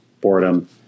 boredom